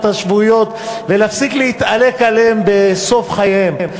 השבועיות ולהפסיק להתעלק עליהם בסוף חייהם.